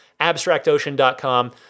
abstractocean.com